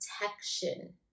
protection